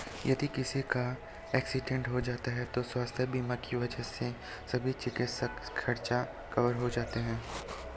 यदि किसी का एक्सीडेंट हो जाए तो स्वास्थ्य बीमा की वजह से सभी चिकित्सा खर्च कवर हो जाते हैं